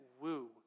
woo